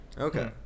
Okay